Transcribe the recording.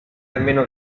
almeno